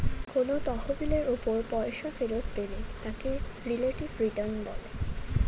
কোন তহবিলের উপর পয়সা ফেরত পেলে তাকে রিলেটিভ রিটার্ন বলে